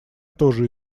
тоже